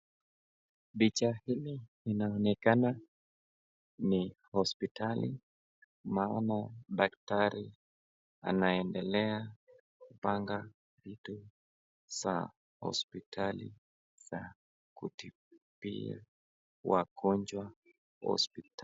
Bidhaa hili inaonekana ni hospitalini, naona daktari anaendelea kupanga vitu za hospitali za kutibia wagonjwa hospitali.